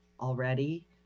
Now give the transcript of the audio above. already